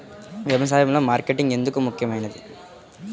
వ్యసాయంలో మార్కెటింగ్ ఎందుకు ముఖ్యమైనది?